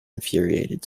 infuriated